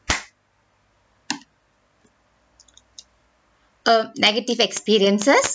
err negative experiences